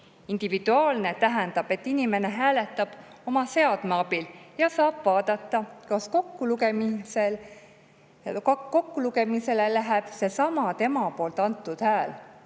Individuaalne tähendab, et inimene hääletab oma seadme abil ja saab vaadata, kas kokkulugemisele läheb seesama tema antud hääl.